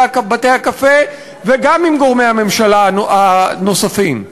בתי-הקפה וגם עם גורמי הממשלה הנוספים.